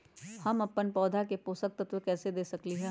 हम अपन पौधा के पोषक तत्व कैसे दे सकली ह?